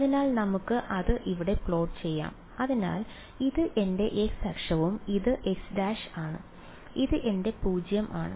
അതിനാൽ നമുക്ക് അത് ഇവിടെ പ്ലോട്ട് ചെയ്യാം അതിനാൽ ഇത് എന്റെ x അക്ഷവും ഇത് x′ ആണ് ഇത് എന്റെ 0 ആണ്